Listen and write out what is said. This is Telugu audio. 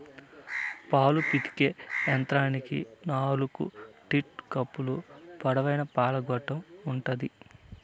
పాలు పితికే యంత్రానికి నాలుకు టీట్ కప్పులు, పొడవైన పాల గొట్టం ఉంటాది